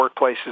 workplaces